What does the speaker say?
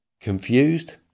Confused